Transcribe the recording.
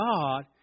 God